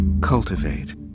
cultivate